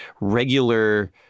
regular